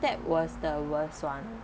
that was the worst one